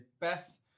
Beth